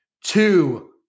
two